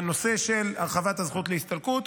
בנושא של הרחבת הזכות להסתלקות,